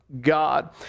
God